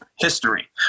history